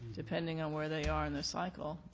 depending on where they are in the cycle,